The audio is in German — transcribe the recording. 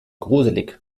gruselig